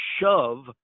shove